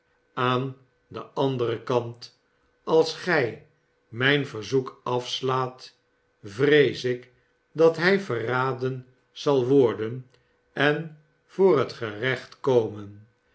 aan den anderen kant als gij mijn verzoek afslaat vrees ik dat hij verraden zal worden en voor het gerecht komen